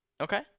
Okay